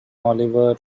oliver